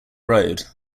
road